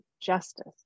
justice